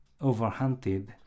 overhunted